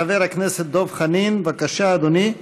חבר הכנסת דב חנין, בבקשה, אדוני,